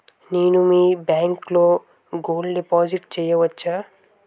నేను మీ బ్యాంకులో గోల్డ్ డిపాజిట్ చేయవచ్చా?